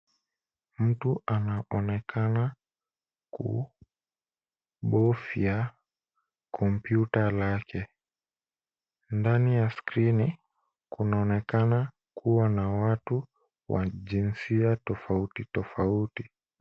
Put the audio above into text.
Mtu anaonekana kubofya kompyuta lake. Ndani ya skrini, kunaonekana kuwa na watu wa jinsia tofauti tofauti.